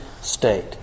state